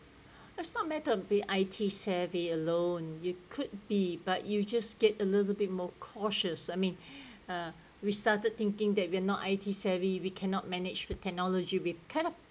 it's not matter be I_T savvy alone you could be but you just get a little bit more cautious I mean uh we started thinking that we're not I_T savvy we cannot manage with technology we kind of